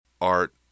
Art